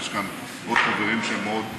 יש כאן עוד חברים שהם מאוד,